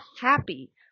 happy